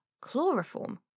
Chloroform